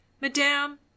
Madame